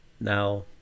Now